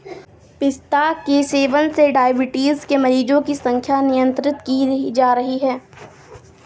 पिस्ता के सेवन से डाइबिटीज के मरीजों की संख्या नियंत्रित की जा रही है